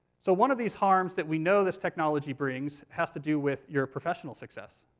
so one of these harms that we know this technology brings has to do with your professional success.